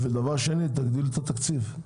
דבר שני, תגדיל את התקציב.